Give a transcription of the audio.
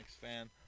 fan